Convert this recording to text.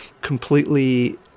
completely